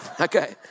Okay